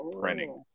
printing